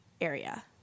area